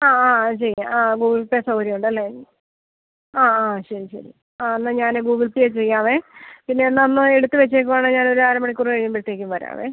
ആ ആ ചെയ്യാം ആ ഗൂഗിൾ പേ സൗകര്യം ഉണ്ട് അല്ലേ ആ ആ ശരി ശരി ആ എന്നാൽ ഞാൻ ഗൂഗിൾ പേ ചെയ്യാവേ പിന്നെ എന്നാൽ ഒന്ന് എടുത്ത് വെച്ചേക്കുവാണേ ഞാൻ ഒരു അര മണിക്കൂറ് കഴിയുമ്പഴത്തേക്കും വരാവേ